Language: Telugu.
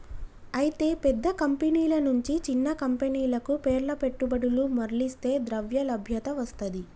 అయితే పెద్ద కంపెనీల నుంచి చిన్న కంపెనీలకు పేర్ల పెట్టుబడులు మర్లిస్తే ద్రవ్యలభ్యత వస్తది